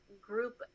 group